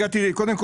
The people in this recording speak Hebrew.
קודם,